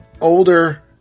older